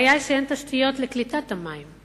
הבעיה היא שאין תשתיות לקליטת המים,